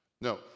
no